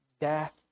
death